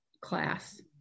class